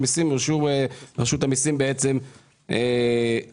אפשר למצוא את הפתרון האופטימלי.